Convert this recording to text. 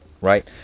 Right